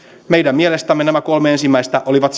meidän mielestämme nämä kolme ensimmäistä olivat